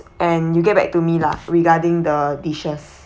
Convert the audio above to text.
and you get back to me lah regarding the dishes